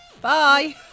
Bye